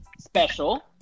special